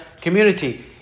community